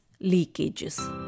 leakages